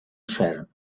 sharon